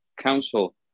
council